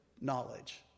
knowledge